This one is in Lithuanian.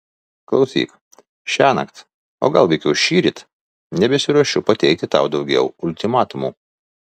klausyk šiąnakt o gal veikiau šįryt nebesiruošiu pateikti tau daugiau ultimatumų